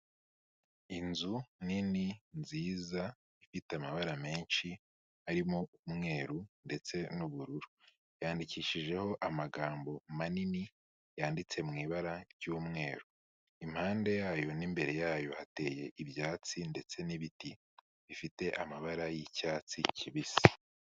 Inzu nini, nziza, ifite amabara menshi, harimo umweru ndetse n'ubururu. Yandikishijeho amagambo manini yanditse mu ibara ry'umweru, impande yayo n'imbere yayo hateye ibyatsi ndetse n'ibiti bifite amabara y'icyatsi kibisi.